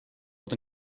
fod